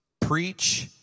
Preach